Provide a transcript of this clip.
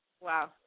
Wow